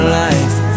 life